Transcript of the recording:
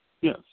Yes